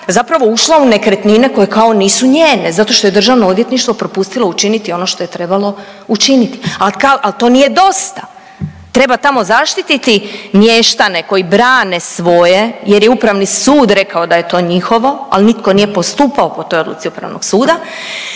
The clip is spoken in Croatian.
zapravo ušla u nekretnine koje kao nisu njene zato što je Državno odvjetništvo propustilo učiniti ono što je trebalo učiniti. Ali to nije dosta treba tamo zaštiti mještane koji brane svoje jer je Upravni sud rekao da je to njihovo, ali nitko nije postupao po toj odluci Upravnog suda,